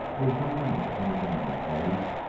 there's no limit to any game he plays,